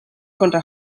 contra